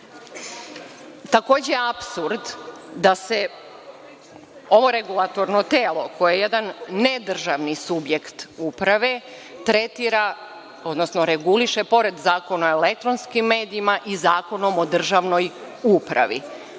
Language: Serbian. je apsurd da se ovo regulatorno telo, koje je jedan nedržavni subjekt uprave, tretira, odnosno reguliše, pored Zakona o elektronskim medijima, i Zakonom o državnoj upravi.